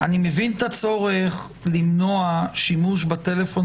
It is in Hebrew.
אני מבין את הצורך למנוע שימוש בטלפון